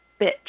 bitch